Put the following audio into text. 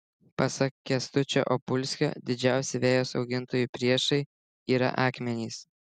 pasak kęstučio opulskio didžiausi vejos augintojų priešai yra akmenys